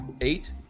Eight